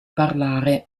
parlare